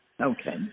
Okay